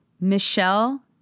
Michelle